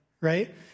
right